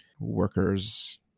workers